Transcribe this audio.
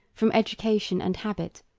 from education and habit,